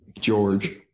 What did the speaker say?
George